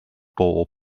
bob